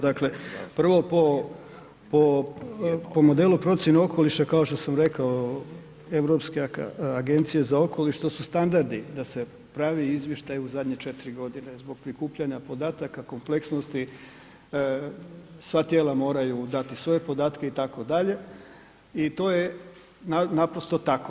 Dakle, prvo po modelu procjene okoliša kao što sam rekao Europska agencija za okoliš to su standardi da se pravi izvještaj u zadnje četiri godine, zbog prikupljanja podataka kompleksnosti sva tijela moraju dati svoje podatke itd. i to je naprosto tako.